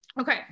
Okay